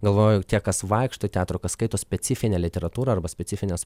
galvoju tie kas vaikšto į teatrą o kas skaito specifinę literatūrą arba specifines